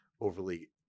overly